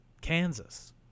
Kansas